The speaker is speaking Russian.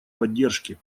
поддержки